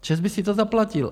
ČEZ by si to zaplatil!